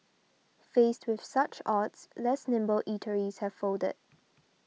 faced with such odds less nimble eateries have folded